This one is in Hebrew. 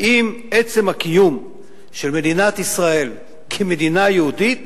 האם עצם הקיום של מדינת ישראל כמדינה יהודית